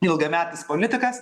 ilgametis politikas